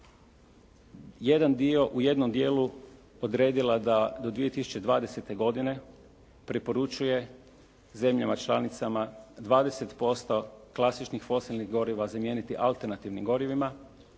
jedan dio, u jednom dijelu odredila da do 2020. godine preporučuje zemljama članicama 20% klasičnih fosilnih goriva zamijeniti alternativnim gorivima,